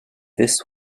this